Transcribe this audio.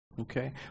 Okay